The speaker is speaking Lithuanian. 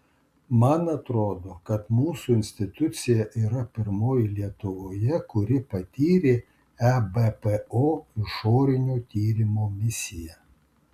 man atrodo kad mūsų institucija yra pirmoji lietuvoje kuri patyrė ebpo išorinio tyrimo misiją